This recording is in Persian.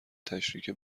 تشریک